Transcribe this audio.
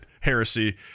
heresy